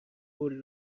قول